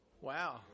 Wow